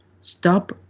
Stop